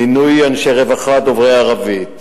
מינוי אנשי רווחה דוברי ערבית,